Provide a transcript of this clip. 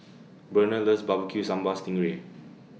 Burnell loves B B Q Sambal Sting Ray